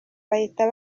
bahita